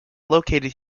located